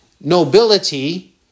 nobility